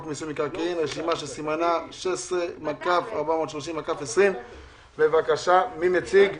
מיסוי מקרקעין רשימה שסימנה 16-430-20. מי מציג את הנושא?